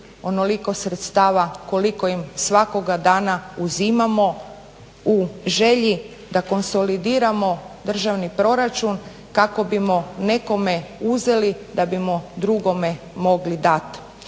onoliko sredstava koliko im svakoga dana uzimamo u želji da konsolidiramo državni proračun kako bismo nekome uzeli, da bismo drugome mogli dat.